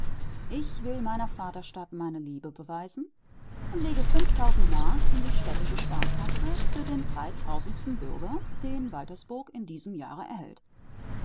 ich will meiner vaterstadt meine liebe beweisen und lege fünf mark in die städtische sparkasse für den dreitausendsten bürger den waltersburg in diesem jahre erhält